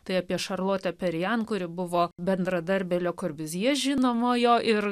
tai apie šarlotę perijan kuri buvo bendradarbio kur vizija žinomojo ir